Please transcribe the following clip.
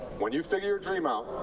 when you figure your dream out,